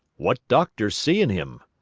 what doctor's seein' him?